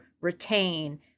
retain